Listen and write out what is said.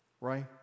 Right